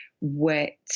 wet